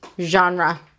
genre